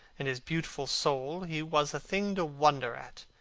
and his beautiful soul, he was a thing to wonder at.